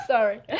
Sorry